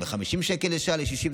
מ-50 שקל לשעה ל-60,